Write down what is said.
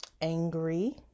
angry